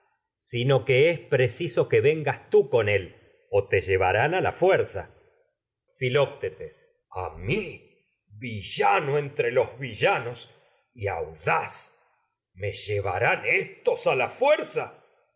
sino con que es preciso que vengas tú él o te llevarán a la fuerza filoctetes a audaz me mi villano entre los villanos y llevarán éstos a la fuerza